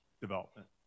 development